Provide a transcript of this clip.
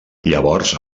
llavors